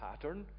pattern